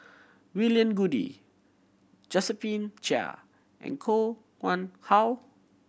William Goode Josephine Chia and Koh Nguang How